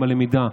עם הלמידה,